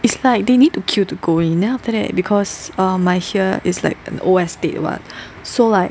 it's like they need to queue to go in then after that because my here is like an old estate [what] so like